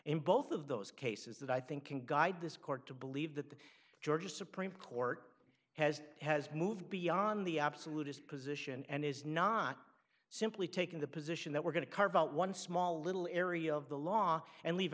in both of those cases that i think can guide this court to believe that the georgia supreme court has has moved beyond the absolute his position and is not simply taking the position that we're going to carve out one small little area of the law and leave